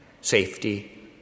safety